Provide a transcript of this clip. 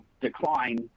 decline